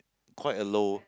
quite a low